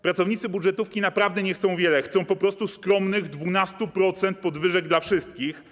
Pracownicy budżetówki naprawdę nie chcą wiele, chcą po prostu skromnych, 12-procentowych podwyżek dla wszystkich.